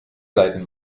seiten